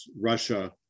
Russia